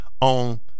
on